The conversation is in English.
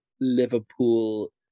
Liverpool